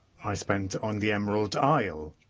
i spent on the emerald isle.